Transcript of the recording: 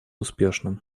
успешным